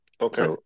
Okay